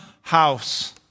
house